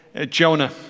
Jonah